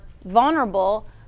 vulnerable